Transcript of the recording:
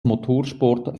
motorsport